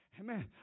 Amen